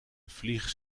vlieg